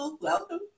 Welcome